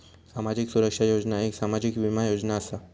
सामाजिक सुरक्षा योजना एक सामाजिक बीमा योजना असा